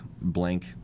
blank